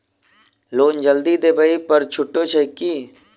Loan जल्दी देबै पर छुटो छैक की?